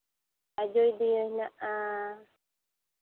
ᱟᱡᱚᱫᱤᱭᱟᱹ ᱦᱮᱱᱟᱜᱼᱟ